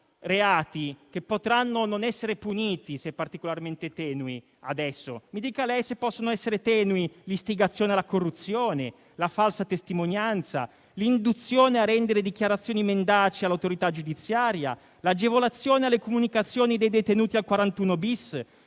reati che adesso potranno non essere puniti se particolarmente tenui. Mi dica lei se possono essere tenui l'istigazione alla corruzione, la falsa testimonianza, l'induzione a rendere dichiarazioni mendaci all'autorità giudiziaria, l'agevolazione alle comunicazioni dei detenuti al 41-*bis*,